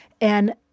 And-